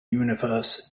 universe